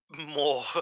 more